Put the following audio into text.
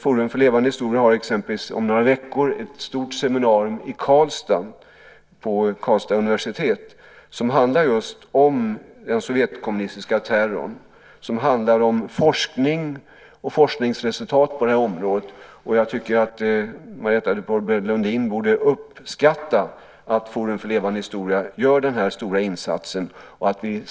Forum för levande historia har exempelvis om några veckor ett stort seminarium i Karlstad, på Karlstads universitet, som handlar just om den sovjetkommunistiska terrorn, som handlar om forskning och forskningsresultat på det här området. Jag tycker att Marietta de Pourbaix-Lundin borde uppskatta att Forum för levande historia gör den här stora insatsen.